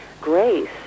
grace